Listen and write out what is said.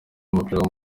w’amaguru